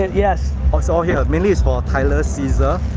and yes. ah it's all here, minis for tyler, caesar,